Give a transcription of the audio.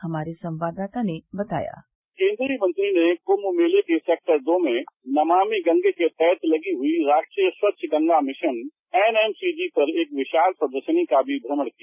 हमारे संवाददाता ने बताया केन्द्रीय मंत्री ने कुंग मेले के सेक्टर दो में नमामि गंगे पर लगी हुई राष्ट्रीय स्वच्छ गंगा मिशन एनएनसीजी पर एक विशाल प्रदर्शनी का भी भ्रमण किया